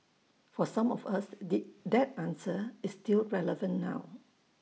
for some of us the that answer is still relevant now